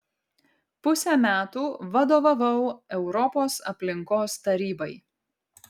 pusę metų vadovavau europos aplinkos tarybai